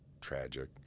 tragic